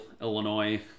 Illinois